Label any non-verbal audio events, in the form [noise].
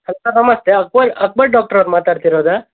[unintelligible] sir ನಮಸ್ತೇ Akbal Akbal doctor ಅವ್ರು ಮಾತಾಡ್ತಿರೋದಾ